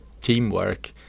teamwork